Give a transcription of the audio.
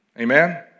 Amen